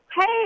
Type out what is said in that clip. Hey